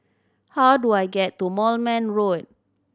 how do I get to Moulmein Road